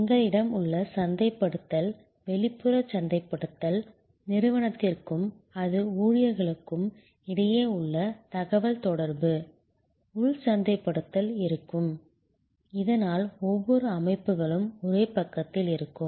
எங்களிடம் உள் சந்தைப்படுத்தல் வெளிப்புற சந்தைப்படுத்தல் நிறுவனத்திற்கும் அது ஊழியர்களுக்கும் இடையே உள்ள தகவல்தொடர்பு உள் சந்தைப்படுத்தல் இருக்கும் இதனால் ஒவ்வொரு அமைப்புகளும் ஒரே பக்கத்தில் இருக்கும்